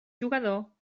jugador